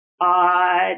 odd